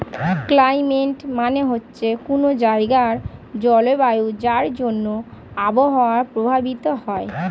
climate মানে হচ্ছে কোনো জায়গার জলবায়ু যার জন্যে আবহাওয়া প্রভাবিত হয়